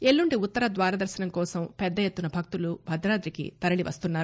ఎల్లుండి ఉత్తర ద్వారదర్శనం కోసం పెద్ద ఎత్తున భక్తులు భద్రదాదికి తరలివస్తున్నారు